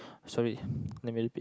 sorry let me repeat